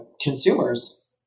consumers